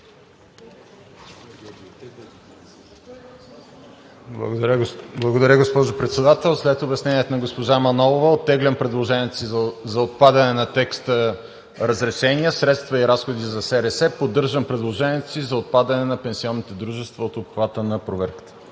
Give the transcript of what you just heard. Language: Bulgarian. Благодаря, госпожо Председател. След обясненията на госпожа Манолова оттеглям предложението си за отпадане на текста: „разрешения, средства и разходи за СРС“. Поддържам предложението си за отпадане на пенсионните дружества от обхвата на проверката.